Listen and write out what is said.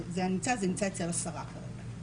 זה נמצא אצל השרה.